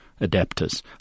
adapters